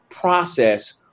process